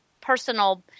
personal